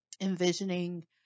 envisioning